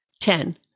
Ten